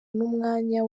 n’umwanya